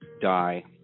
die